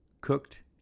cooked